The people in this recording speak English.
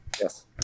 yes